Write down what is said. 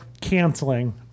canceling